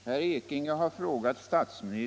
Herr talman!